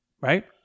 right